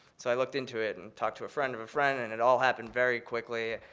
so i looked into it and talked to a friend of a friend, and it all happened very quickly.